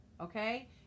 Okay